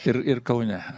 ir ir kaune